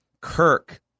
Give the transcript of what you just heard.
Kirk